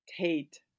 Tate